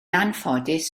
anffodus